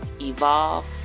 Evolve